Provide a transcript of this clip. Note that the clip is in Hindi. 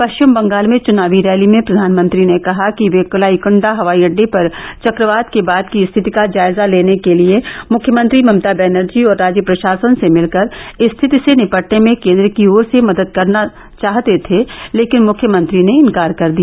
पश्चिम बंगाल में चुनावी रैली में प्रधानमंत्री ने कहा कि वह कलाईकुंडा हवाईअड्डे पर चक्रवात के बाद की स्थिति का जायजा लेने के लिए मुख्यमंत्री ममता बनर्जी और राज्य प्रशासन से मिलकर स्थिति से निपटने में केन्द्र की ओर से मदद देना चाहते थे लेकिन मुख्यमंत्री ने इन्कार कर दिया